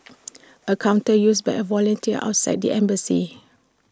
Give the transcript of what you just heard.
A counter used by A volunteer outside the embassy